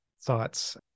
thoughts